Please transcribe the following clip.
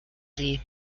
sie